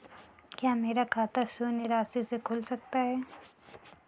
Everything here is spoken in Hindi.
क्या मेरा खाता शून्य राशि से खुल सकता है?